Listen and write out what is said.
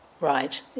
right